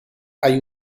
hay